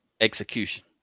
execution